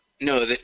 No